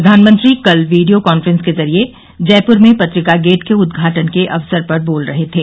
प्रधानमंत्री कल video conference के जरिये जयपुर में पत्रिका गेट के उद्घाटन के अवसर पर बोल रहे थे